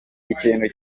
ikintu